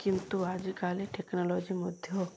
କିନ୍ତୁ ଆଜିକାଲି ଟେକ୍ନୋଲୋଜି ମଧ୍ୟ